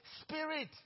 spirit